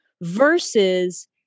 versus